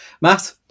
Matt